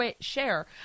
share